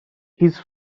his